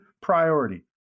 priority